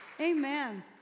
Amen